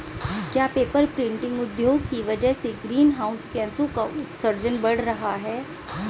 क्या paper printing उद्योग की वजह से ग्रीन हाउस गैसों का उत्सर्जन बढ़ रहा है?